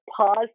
pause